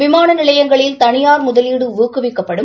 விமான நிலையங்களில் தனியார் முதலீடு ஊக்குவிக்கப்படும்